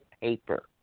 paper